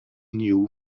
new